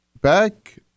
back